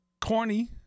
corny